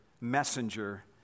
messenger